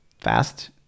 fast